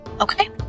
Okay